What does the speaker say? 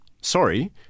sorry